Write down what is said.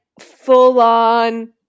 full-on